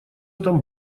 там